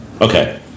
Okay